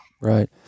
Right